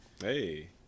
Hey